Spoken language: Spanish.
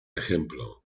ejemplo